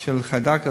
של חיידק הסלמונלה,